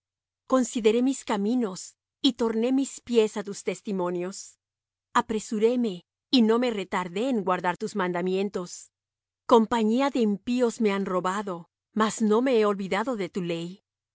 consideré mis caminos y torné mis pies á tus testimonios apresuréme y no me retardé en guardar tus mandamientos compañía de impíos me han robado mas no me he olvidado de tu ley